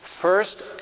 First